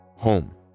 home